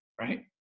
right